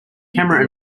camera